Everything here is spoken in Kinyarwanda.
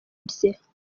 ibye